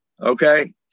okay